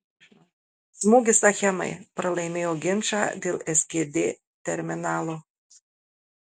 smūgis achemai pralaimėjo ginčą dėl sgd terminalo